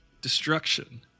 destruction